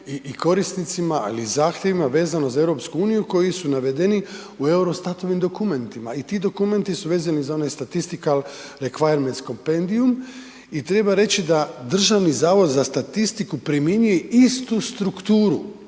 i korisnicima, ali i zahtjevima vezano za EU koji su navedeni u Eurostat-ovim dokumentima i ti dokumenti su vezani za onaj Statistical Requirements Compendium i treba reći da Državni zavod za statistiku primjenjuje istu strukturu.